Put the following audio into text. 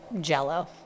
jello